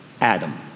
Adam